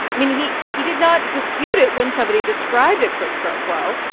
i mean, he he did not dispute it when somebody described a quid pro quo.